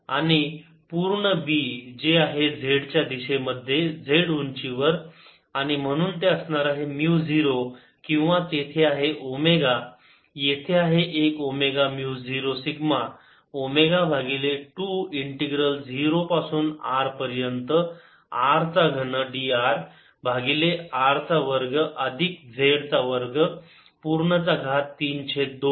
r2r2z232 Bzz0σω20Rr3drr2z232 आणि पूर्ण B जे आहे z च्या दिशेमध्ये z उंचीवर आणि म्हणून ते असणार आहे म्यु 0 किंवा तेथे आहे ओमेगा येथे आहे एक ओमेगा म्यु 0 सिग्मा ओमेगा भागिले 2 इंटिग्रल 0 पासून R पर्यंत r चा घन dr भागिले r चा वर्ग अधिक z चा वर्ग पूर्ण चा घात 3 छेद 2